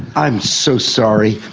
i'm so sorry,